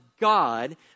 God